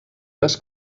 les